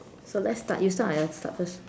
so let's start you start or I start first